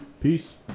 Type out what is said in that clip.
Peace